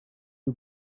you